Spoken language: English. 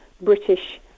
British